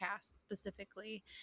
specifically